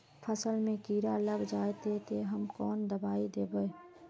फसल में कीड़ा लग जाए ते, ते हम कौन दबाई दबे?